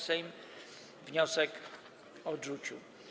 Sejm wniosek odrzucił.